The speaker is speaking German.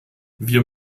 wir